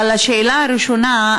אבל השאלה הראשונה,